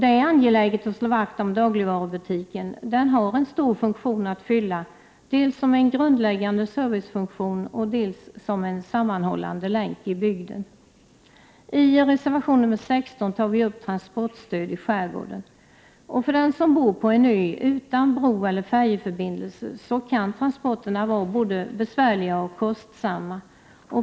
Det är angeläget att slå vakt om dagligvarubutiken. Den har en stor Prot. 1988/89:110 funktion att fylla, dels som en grundläggande servicefunktion, dels som en 9 maj 1989 sammanhållande länk i bygden. I reservation nr 16 tar vi upp frågan om transportstöd i skärgården. För den som bor på en ö utan broeller färjeförbindelse kan transporterna vara både besvärliga och kostsamma.